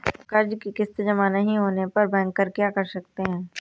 कर्ज कि किश्त जमा नहीं होने पर बैंकर क्या कर सकते हैं?